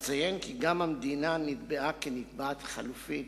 אציין כי גם המדינה נתבעה כנתבעת חלופית